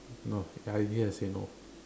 no I easy to say no